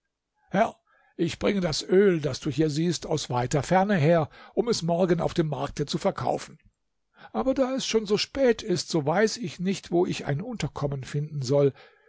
ich bringe das öl das du hier siehst aus weiter ferne her um es morgen auf dem markte zu verkaufen aber da es schon so spät ist so weiß ich nicht wo ich ein unterkommen finden soll